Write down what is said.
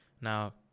Now